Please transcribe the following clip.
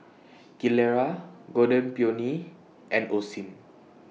Gilera Golden Peony and Osim